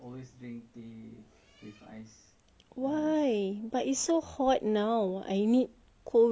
why but it's so hot now I need cold drink to make me feel fresher